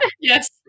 Yes